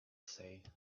say